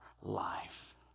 life